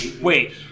Wait